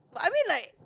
but I mean like